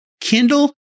Kindle